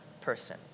person